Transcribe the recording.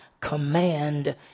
command